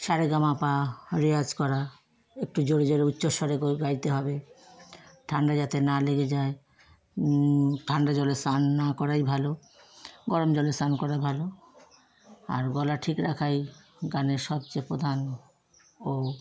সা রে গা মা পা রেওয়াজ করা একটু জোরে জোরে উচ্চস্বরে করে গাইতে হবে ঠাণ্ডা যাতে না লেগে যায় ঠাণ্ডা জলে স্নান না করাই ভালো গরম জলে স্নান করা ভালো আর গলা ঠিক রাখাই গানের সবচেয়ে প্রধান ও